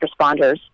responders